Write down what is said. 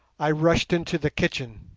i rushed into the kitchen.